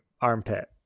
armpit